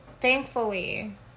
thankfully